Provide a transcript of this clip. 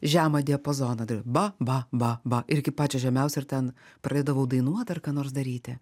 žemą diapazoną ba ba ba ba ir iki pačio žemiausio ir ten pradėdavau dainuot ar ką nors daryti